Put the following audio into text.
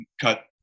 cut